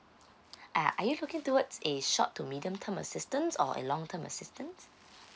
uh are you looking towards a short to medium term assistance or a long term assistance